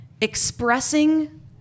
expressing